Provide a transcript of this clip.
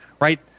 right